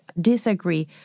disagree